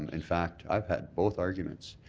um in fact i've had both arguments,